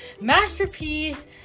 Masterpiece